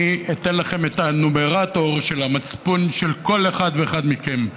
אני אתן לכם את הנומרטור של המצפון של כל אחד ואחד מכם,